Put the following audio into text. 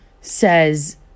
says